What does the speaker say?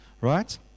right